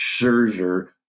Scherzer